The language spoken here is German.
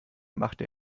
machte